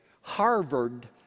Harvard